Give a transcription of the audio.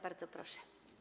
Bardzo proszę.